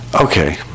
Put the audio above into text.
Okay